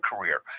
career